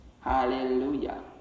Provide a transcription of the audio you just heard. hallelujah